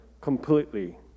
completely